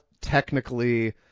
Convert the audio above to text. technically